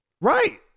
Right